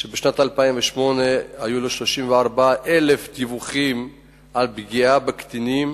שבשנת 2008 היו לו 34,000 דיווחים על פגיעה בקטינים.